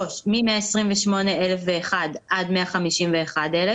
3מ-128,001 עד 151,000